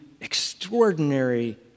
extraordinary